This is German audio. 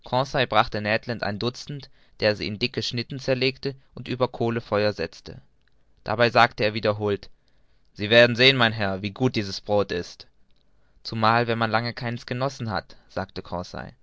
ein dutzend der sie in dicke schnitten zerlegte und über kohlenfeuer setzte dabei sagte er wiederholt sie werden sehen mein herr wie gut dies brod ist zumal wenn man lange keins genossen hat sagte